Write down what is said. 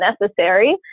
necessary